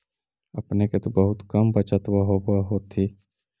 अपने के तो बहुते कम बचतबा होब होथिं?